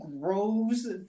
grows